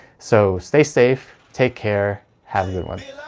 so stay safe. take care. have a good one.